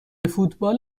فوتبال